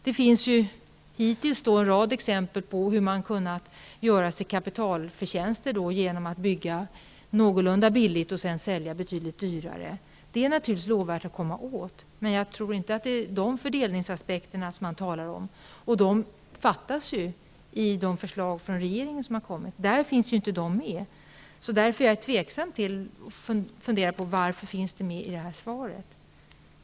Det finns en rad exempel på hur man har kunnat göra kapitalförtjänster genom att bygga någorlunda billigt och sedan sälja betydligt dyrare. Sådant är naturligtvis lovvärt att komma åt, men jag tror inte att det är dessa fördelningsaspekter som man talar om. De finns ju inte med i de förslag som har kommit från regeringen. Därför funderar jag över varför de finns med i det här svaret.